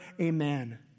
Amen